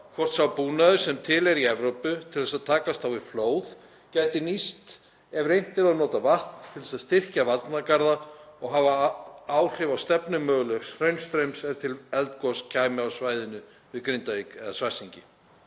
hvort sá búnaður sem til er í Evrópu til að takast á við flóð gæti nýst ef reynt yrði að nota vatn til að styrkja varnargarða og hafa áhrif á stefnu mögulegs hraunstraums ef til eldgoss kæmi á svæðinu við Grindavík eða Svartsengi.